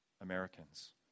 Americans